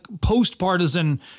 post-partisan